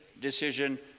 decision